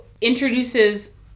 introduces